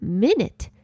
minute